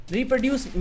Reproduce